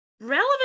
Relevant